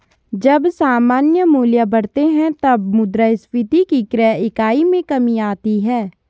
जब सामान्य मूल्य बढ़ते हैं, तब मुद्रास्फीति की क्रय इकाई में कमी आती है